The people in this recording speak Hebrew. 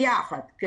כן.